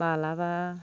माब्लाबा